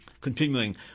Continuing